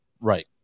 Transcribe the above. Right